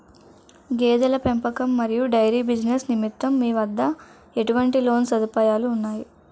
గేదెల పెంపకం మరియు డైరీ బిజినెస్ నిమిత్తం మీ వద్ద ఎటువంటి లోన్ సదుపాయాలు ఉన్నాయి?